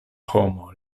homo